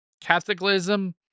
Catholicism